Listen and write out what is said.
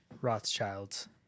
Rothschilds